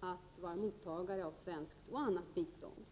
att vara mottagare av svenskt och annat bistånd.